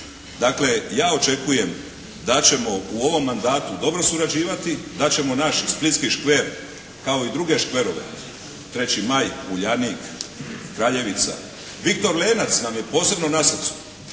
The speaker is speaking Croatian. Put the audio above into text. Dakle ja očekujem da ćemo u ovom mandatu dobro surađivati, da ćemo naš splitski škver kao i druge škverove "3. maj", "Uljanik", "Kraljevica", "Viktor Lenac" nam je posebno na srcu.